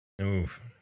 Oof